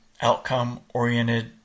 outcome-oriented